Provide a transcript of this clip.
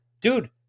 dude